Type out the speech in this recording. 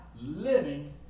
living